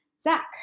zach